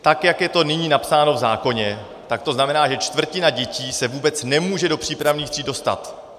Tak jak je to nyní napsáno v zákoně, znamená, že čtvrtina dětí se vůbec nemůže do přípravných tříd dostat.